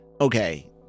okay